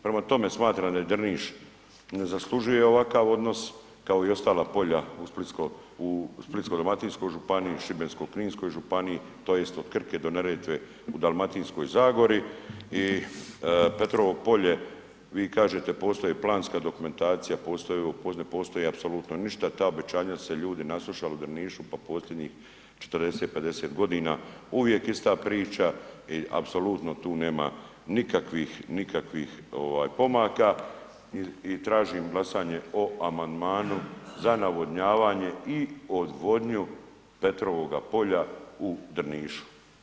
Prema tome, smatram da Drniš ne zaslužuje ovakav odnos kao i ostala polja u Splitsko-dalmatinskoj županiji, Šibensko-kninskoj županiji, tj. od Krke do Neretve, u Dalmatinskoj zagori i Petrovo polje, vi kažete postoji planska dokumentacija, postoji ... ne postoji apsolutno ništa, ta obećanja su se ljudi naslušali u Drnišu po posljednjih 40, 50 g. uvijek ista priča i apsolutno tu nema nikakvih pomaka i tražim glasanje o amandmanu za navodnjavanje i odvodnju Petrovoga polja u Drnišu.